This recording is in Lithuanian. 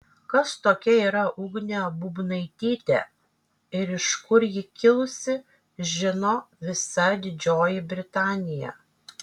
kas tokia yra ugnė bubnaitytė ir iš kur ji kilusi žino visa didžioji britanija